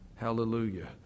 Hallelujah